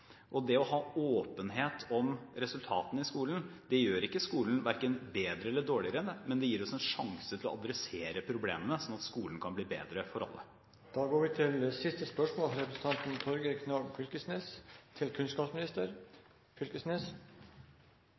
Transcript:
Åpenhet om resultatene i skolen gjør skolen verken bedre eller dårligere, men det gir oss en sjanse til å adressere problemene, slik at skolen kan bli bedre for alle.